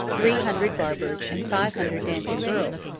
three hundred barbers, and five hundred dancing girls,